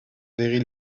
very